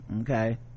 okay